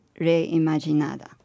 Reimaginada